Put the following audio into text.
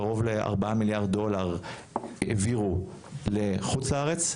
קרוב ל- 4 מיליארד דולר העבירו לחוץ לארץ,